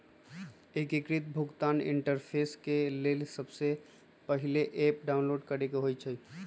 एकीकृत भुगतान इंटरफेस के लेल सबसे पहिले ऐप डाउनलोड करेके होइ छइ